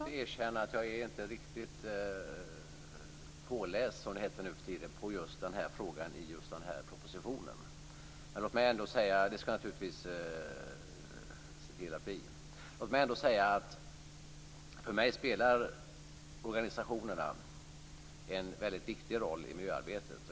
Fru talman! Jag erkänner att jag inte riktigt är påläst, som det heter nuförtiden, i just den här frågan i just den här propositionen. Det skall jag naturligtvis se till att bli. Låt mig ändå säga att för mig spelar organisationerna en väldigt viktig roll i miljöarbetet.